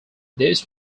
this